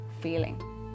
feeling